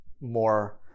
more